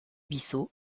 bissau